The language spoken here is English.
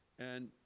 and,